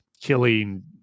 killing